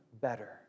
better